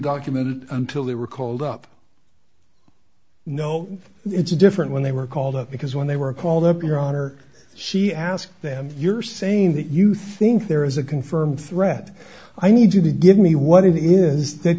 documented until they were called up no it's different when they were called up because when they were called up your honor she asked them you're saying that you think there is a confirmed threat i need you to give me what it is that